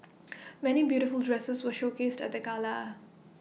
many beautiful dresses were showcased at the gala